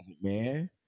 man